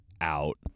out